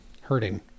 hurting